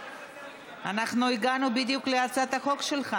אנחנו הגענו בדיוק להצעת החוק שלך,